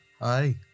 Hi